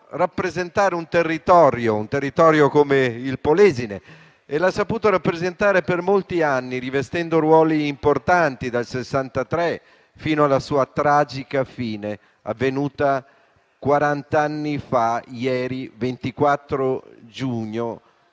rappresentare un territorio come il Polesine; l'ha saputo rappresentare per molti anni, rivestendo ruoli importanti, dal 1963 fino alla sua tragica fine, avvenuta quarant'anni fa, ieri, il 24 giugno